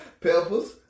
Peppers